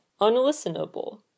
unlistenable